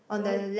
the one